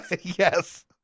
yes